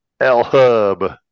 L-Hub